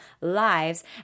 lives